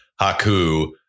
Haku